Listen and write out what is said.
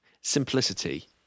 simplicity